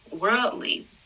worldly